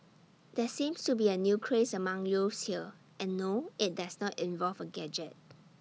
there seems to be A new craze among youths here and no IT does not involve A gadget